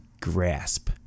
grasp